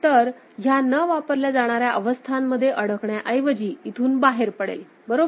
तर हा ह्या न वापरल्या जाणाऱ्या अवस्थांमध्ये अडकण्या ऐवजी इथून बाहेर पडेल बरोबर